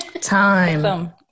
Time